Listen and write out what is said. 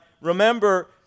remember